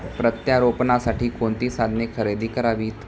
प्रत्यारोपणासाठी कोणती साधने खरेदी करावीत?